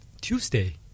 Tuesday